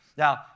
Now